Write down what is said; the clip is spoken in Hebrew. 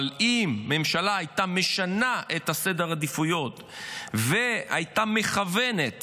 אבל אם הממשלה הייתה משנה את סדר העדיפויות והייתה מכוונת